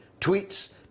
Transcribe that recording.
tweets